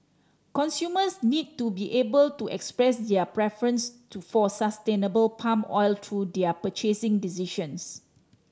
consumers need to be able to express their preference to for sustainable palm oil through their purchasing decisions